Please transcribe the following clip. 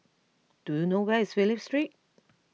do you know where is Phillip Street